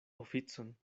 oficon